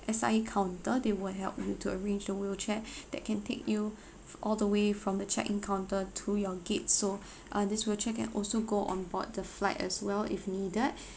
S_I_A counter they will help you to arrange the wheelchair that can take you f~ all the way from the check in counter to your gate so uh this wheelchair can also go on board the flight as well if needed